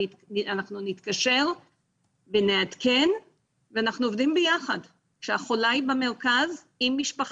אנחנו נתקשר ונעדכן ואנחנו עובדים ביחד כשהחולה היא במרכז עם משפחתה,